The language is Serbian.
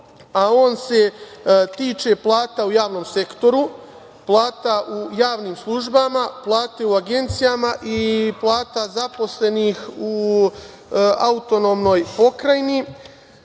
a on se tiče plata u javnom sektoru, plata u javnim službama, plate u agencijama i plata zaposlenih u autonomnoj pokrajini,